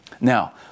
Now